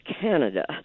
Canada